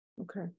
okay